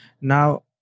Now